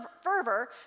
fervor